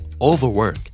Overwork